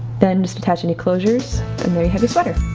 then just attach any closures and there you have your sweater.